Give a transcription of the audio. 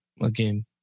Again